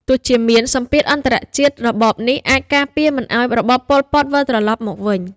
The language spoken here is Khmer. ទោះជាមានសម្ពាធអន្តរជាតិ របបនេះអាចការពារមិនឱ្យរបប ប៉ុល ពត វិលត្រឡប់មកវិញ។